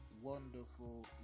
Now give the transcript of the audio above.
wonderful